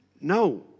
No